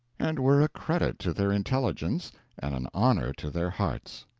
and were a credit to their intelligence and an honor to their hearts.